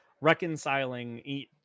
reconciling